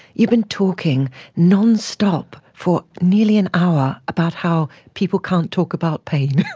you've been talking non-stop for nearly an hour about how people can't talk about pain.